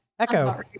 Echo